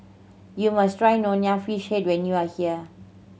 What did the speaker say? you must try Nonya Fish Head when you are here